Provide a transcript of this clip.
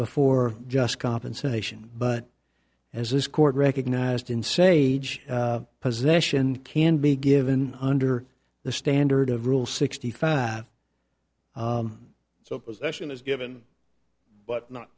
before just compensation but as this court recognized in sage possession can be given under the standard of rule sixty five so position is given but not